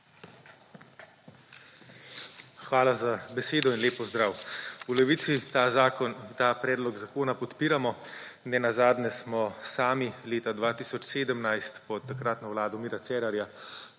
Hvala za besedo in lep pozdrav! V Levici ta predlog zakona podpiramo, nenazadnje smo sami leta 2017 pod takratno vlado Mira Cerarja